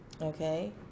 Okay